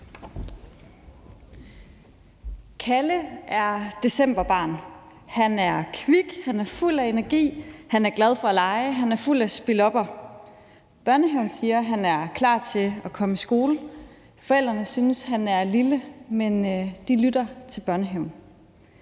Kalle er decemberbarn, han er kvik, han er fuld af energi, han er glad for at lege, han er fuld af spillopper. Børnehaven siger, at han er klar til at komme i skole. Forældrene synes, han er lille, men de lytter til børnehaven.